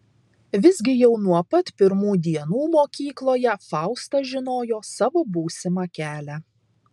visgi jau nuo pat pirmų dienų mokykloje fausta žinojo savo būsimą kelią